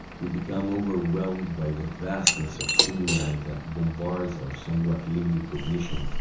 we become overwhelmed by the vastness of stimuli that bombards our somewhat limited cognition.